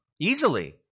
easily